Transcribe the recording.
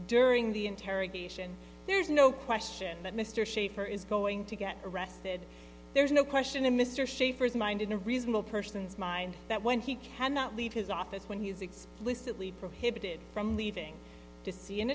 during the interrogation there's no question that mr shaffer is going to get arrested there's no question in mr schaffer's mind in a reasonable person's mind that when he cannot leave his office when he is explicitly prohibited from leaving to see an